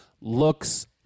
looks